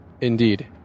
Indeed